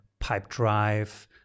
Pipedrive